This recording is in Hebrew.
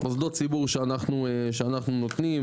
מוסדות ציבור שאנחנו נותנים.